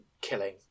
killing